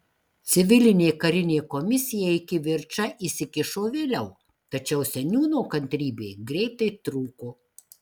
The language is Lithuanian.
civilinė karinė komisija į kivirčą įsikišo vėliau tačiau seniūno kantrybė greitai trūko